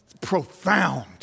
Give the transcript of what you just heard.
profound